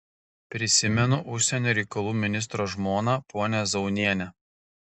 prisimenu užsienio reikalų ministro žmoną ponią zaunienę